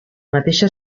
mateixa